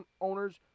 owners